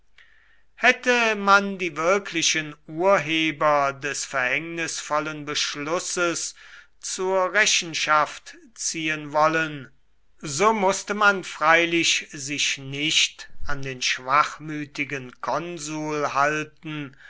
hätte man die wirklichen urheber des verhängnisvollen beschlusses zur rechenschaft ziehen wollen so maßte man freilich sich nicht an den schwachmütigen konsul halten